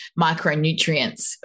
micronutrients